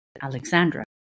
Alexandra